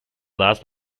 last